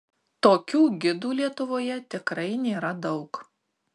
tokių gidų lietuvoje tikrai nėra daug